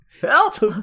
Help